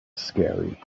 scary